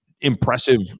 impressive